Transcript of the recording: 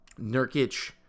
Nurkic